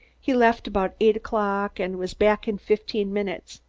he left about eight o'clock and was back in fifteen minutes.